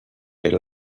era